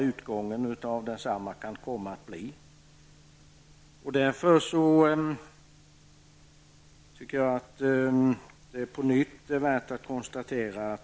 Utgången av densamma är dessutom osäker.